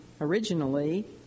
originally